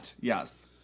yes